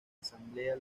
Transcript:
asamblea